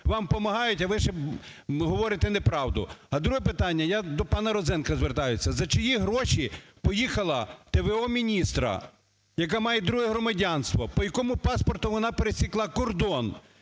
Вам помагають, а ви ще говорите неправду. А друге питання, я до пана Розенка звертаюсь. За чиї гроші поїхала т.в.о. міністра, яка має друге громадянство? По якому паспорту вона пересікла кордон?